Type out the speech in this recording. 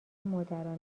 مادرانه